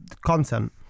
content